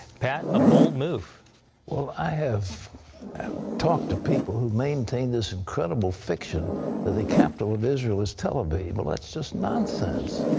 pat, a bold move. pat well, i have talked to people who maintain this incredible fiction that the capital of israel is tel aviv. well, that's just nonsense.